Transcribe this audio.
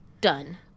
Done